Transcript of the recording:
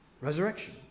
Resurrection